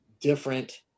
different